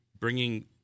bringing